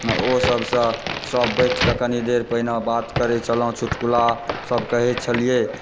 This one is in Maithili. ओसभसँ सब बठिके कनि देर पहिने बात करै छलहुँ चुटकुलासभ कहै छलियै